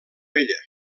vella